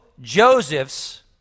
Josephs